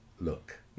look